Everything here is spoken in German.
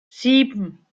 sieben